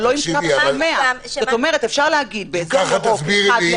אבל לא עם קאפ של 100. אפשר להגיד באזור ירוק 4:1 --- אם ככה,